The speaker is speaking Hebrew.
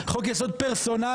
חוק יסוד פרסונלי,